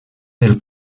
del